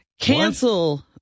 cancel